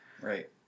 Right